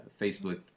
Facebook